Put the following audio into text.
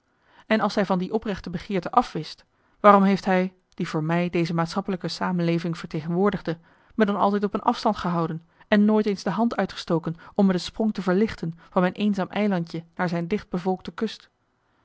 en als hij van die oprechte begeerte afwist waarom heeft hij die voor mij deze maatschappelijke samenleving vertegenwoordigde me dan altijd op een afstand gehouden en nooit eens de hand uitgestoken om me de sprong te verlichten van mijn eenzaam eilandje naar zijn dicht bevolkte kust